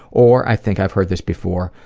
or, i think i've heard this before,